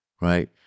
right